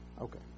Okay